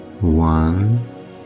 One